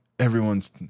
everyone's